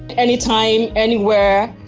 anytime, anywhere.